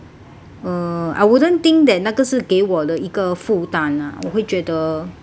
uh I wouldn't think that 那个是给我的一个负担 ah 我会觉得